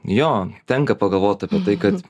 jo tenka pagalvot apie tai kad